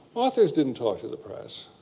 authors didn't talk to the press.